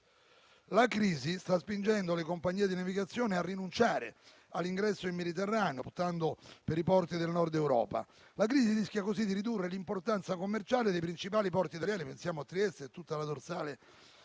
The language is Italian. La crisi sta spingendo le compagnie di navigazione a rinunciare all'ingresso nel Mediterraneo optando per i porti del Nord Europa. La crisi rischia così di ridurre l'importanza commerciale dei principali porti italiani: pensiamo a Trieste e a tutta la dorsale